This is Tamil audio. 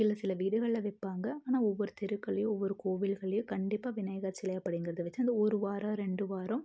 இல்லை சில வீடுகளில் வைப்பாங்க ஆனால் ஒவ்வொரு தெருக்கள்லேயும் ஒவ்வொரு கோவில்கள்லேயும் கண்டிப்பாக விநாயகர் சிலை அப்படிங்கறது வச்சு அந்த ஒரு வாரம் ரெண்டு வாரம்